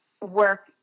work